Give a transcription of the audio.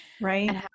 right